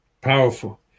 Powerful